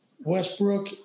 Westbrook